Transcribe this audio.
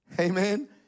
Amen